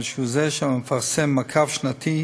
אלא הוא שמפרסם מעקב שנתי,